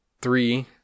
Three